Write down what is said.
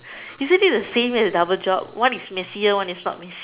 isn't it the same as double job one is messier one is not messy